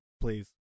Please